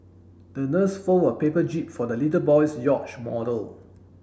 the nurse fold a paper jib for the little boy's yacht model